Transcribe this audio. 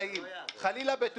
שעברה.